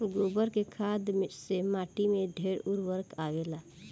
गोबर के खाद से माटी में ढेर उर्वरता आवेला